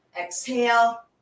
exhale